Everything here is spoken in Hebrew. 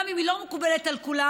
גם אם היא לא מקובלת על כולם,